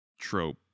trope